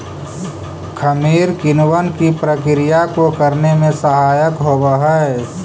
खमीर किणवन की प्रक्रिया को करने में सहायक होवअ हई